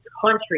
country